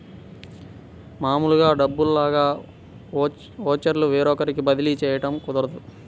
మామూలు డబ్బుల్లాగా ఓచర్లు వేరొకరికి బదిలీ చేయడం కుదరదు